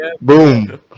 Boom